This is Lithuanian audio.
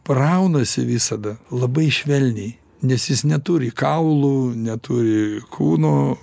braunasi visada labai švelniai nes jis neturi kaulų neturi kūno